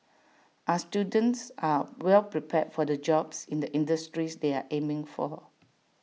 our students are well prepared for the jobs in the industries they are aiming for